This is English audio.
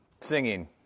singing